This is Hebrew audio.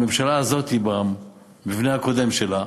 הממשלה הזאת, במבנה הקודם שלה,